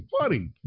funny